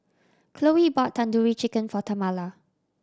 Khloe bought Tandoori Chicken for Tamala